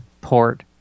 port